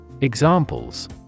Examples